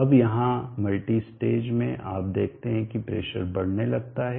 अब यहां multi stage में आप देखते हैं कि प्रेशर बढ़ने लगता है